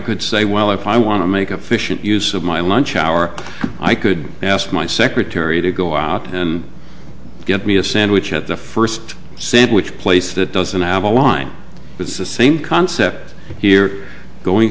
could say well if i want to make official use of my lunch hour i could ask my secretary to go out and get me a sandwich at the first sandwich place that doesn't have a line it's the same concept here going